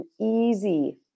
easy